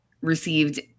received